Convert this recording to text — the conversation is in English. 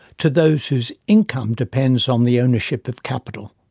to those whose income depends on the ownership of capital.